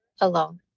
alone